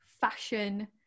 fashion